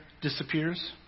disappears